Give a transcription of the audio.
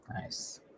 Nice